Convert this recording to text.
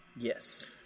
Yes